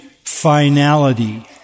Finality